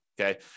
Okay